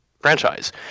franchise